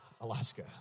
Alaska